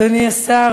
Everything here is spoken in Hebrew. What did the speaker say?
אדוני השר,